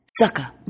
Sucker